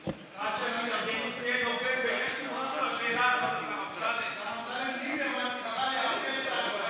שכותרתה: פגיעה קשה בביטחונם של אזרחי ישראל והפקרת תושבי הדרום.